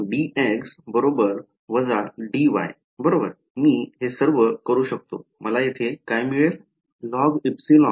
dx dy बरोबर मी हे सर्व करू शकतो मला येथे काय मिळेल